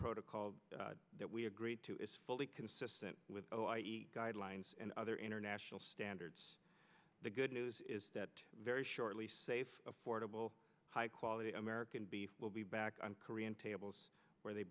protocol that we agreed to is fully consistent with the guidelines and other international standards the good news is that very shortly safe affordable high quality american beef will be back on korean tables where they